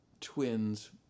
twins